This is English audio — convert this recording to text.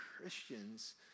Christians